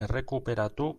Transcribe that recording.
errekuperatu